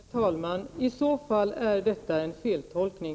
Herr talman! I så fall är detta en feltolkning.